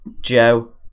Joe